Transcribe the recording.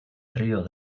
río